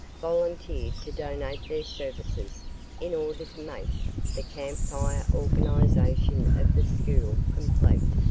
volunteered to donate their services in order to make the camp fire organization of the school complete.